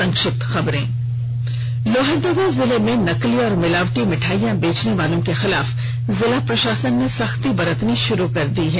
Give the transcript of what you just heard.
संक्षिप्त खबरें लोहरदगा जिले में नकली और मिलावटी मिठाईयां बेचने वालों के खिलाफ जिला प्रशासन ने सख्ती बरतनी शुरू कर दी है